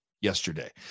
yesterday